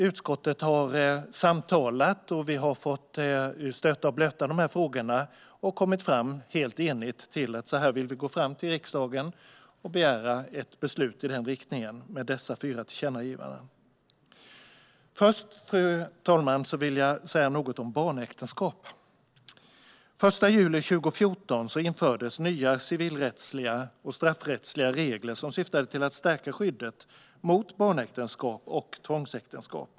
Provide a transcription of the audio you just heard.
Utskottet har samtalat, och vi har fått stöta och blöta de här frågorna och i enighet kommit fram till att så här vill vi gå fram till riksdagen och med dessa fyra tillkännagivanden begära beslut i den riktningen. Först, fru talman, vill jag säga någonting om barnäktenskap. Den 1 juli 2014 infördes nya civilrättsliga och straffrättsliga regler som syftade till att stärka skyddet mot barnäktenskap och tvångsäktenskap.